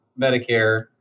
Medicare